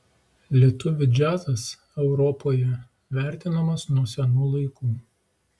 lietuvių džiazas europoje vertinamas nuo senų laikų